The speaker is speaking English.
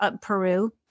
Peru